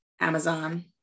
amazon